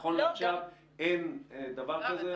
נכון לעכשיו אין דבר כזה.